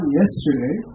yesterday